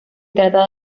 trata